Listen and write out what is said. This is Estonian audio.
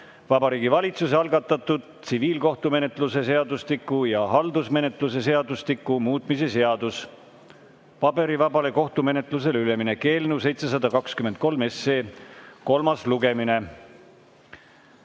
Vabariigi Valitsuse algatatud tsiviilkohtumenetluse seadustiku ja halduskohtumenetluse seadustiku muutmise seaduse (paberivabale kohtumenetlusele üleminek) eelnõu 723 kolmas lugemine.